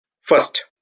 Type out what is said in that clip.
First